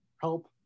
help